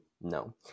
No